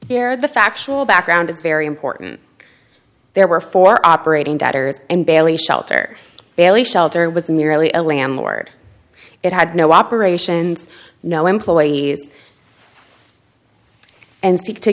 of the factual background is very important there were four operating debtors and bailey shelter bailey shelter with nearly a landlord it had no operations no employees and seek to